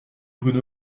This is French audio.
bruno